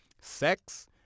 Sex